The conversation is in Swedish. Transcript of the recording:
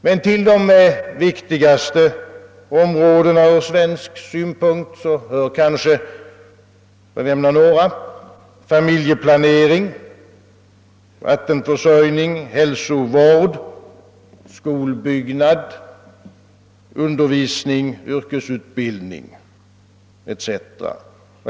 Men till de viktigaste områdena ur svensk synpunkt hör kanske, för att nämna några, familjeplanering, vattenförsörjning, hälsovård, skolbyggnad, undervisning och yrkesutbildning.